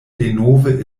denove